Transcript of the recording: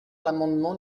l’amendement